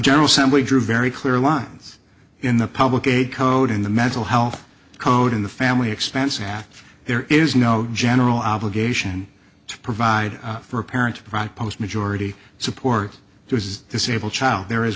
general assembly drew very clear lines in the public a code in the mental health code in the family expense act there is no general obligation to provide for parents pride post majority support there is disabled child there is